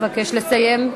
אבקש לסיים.